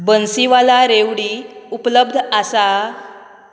बन्सीवाला रेवडी उपलब्ध आसा